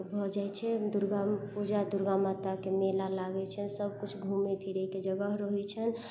भऽ जाइ छै दुर्गा पूजा दुर्गा माताके मेला लागै छै सबकिछु घुमै फिरैके जगह रहै छै